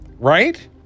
right